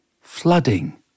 flooding